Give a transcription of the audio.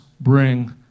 bring